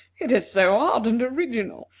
it is so odd and original.